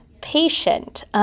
patient